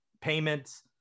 payments